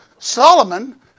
Solomon